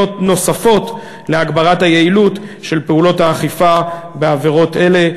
נוספת להגברת היעילות של פעולות האכיפה בעבירות אלה.